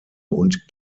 und